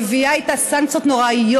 מביאה איתה סנקציות נוראיות.